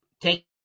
take